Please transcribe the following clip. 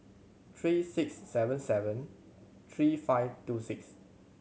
three six seven seven three five two six